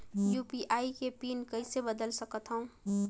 UPI के PIN कइसे बदल सकथव?